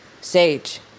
Sage